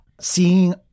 seeing